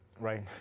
Right